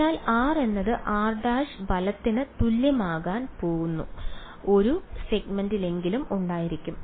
അതിനാൽ r എന്നത് r′ വലത്തിന് തുല്യമാകാൻ പോകുന്ന ഒരു സെഗ്മെന്റെങ്കിലും ഉണ്ടായിരിക്കും